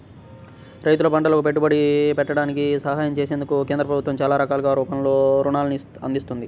రైతులు పంటలకు పెట్టుబడి పెట్టడానికి సహాయం చేసేందుకు కేంద్ర ప్రభుత్వం చానా రకాల రూపంలో రుణాల్ని అందిత్తంది